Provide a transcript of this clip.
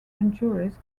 injuries